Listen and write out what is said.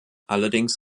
allerdings